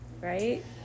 Right